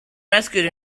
rescued